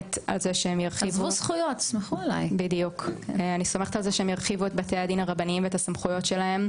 סומכת על זה שהם ירחיבו את בתי הדין הרבניים ואת הסמכויות שלהם.